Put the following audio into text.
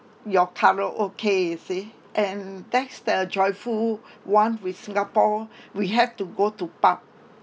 your karaoke you see and that's the joyful [one] with singapore we have to go to pub